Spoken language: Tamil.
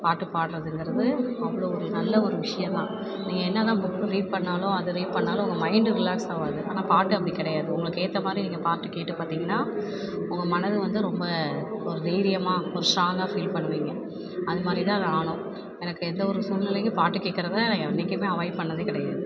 பாட்டு பாடுறதுங்கிறது அவ்வளோ ஒரு நல்ல ஒரு விஷயம் தான் நீங்கள் என்ன தான் புக்கு ரீட் பண்ணாலும் அது ரீட் பண்ணாலும் உங்கள் மைண்டு ரிலாக்ஸ் ஆகாது ஆனால் பாட்டு அப்படி கிடையாது உங்களுக்கு ஏற்றமாரி நீங்கள் பாட்டு கேட்டு பார்த்திங்கன்னா உங்கள் மனது வந்து ரொம்ப ஒரு தைரியமாக ஒரு ஸ்ட்ராங்காக ஃபீல் பண்ணுவிங்க அதுமாதிரிதான் நானும் எனக்கு எந்த ஒரு சூழ்நிலையிலையும் பாட்டு கேட்குறத என்னைக்குமே அவாய்ட் பண்ணதே கிடையாது